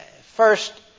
first